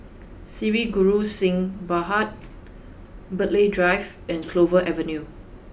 Sri Guru Singh Sabha Burghley Drive and Clover Avenue